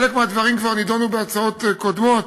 חלק מהדברים כבר נדונו בהצעות קודמות,